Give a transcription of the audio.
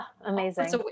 amazing